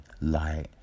light